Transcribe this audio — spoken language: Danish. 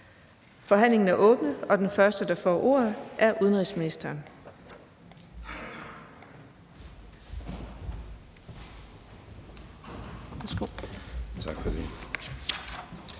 Forhandlingen er åbnet. Den første, der får ordet, er udenrigsministeren.